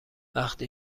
وقتی